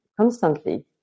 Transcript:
constantly